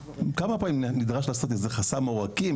כמה פעמים נדרשת לעשות איזה חסם עורקים,